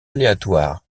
aléatoires